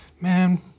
man